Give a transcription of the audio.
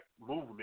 movement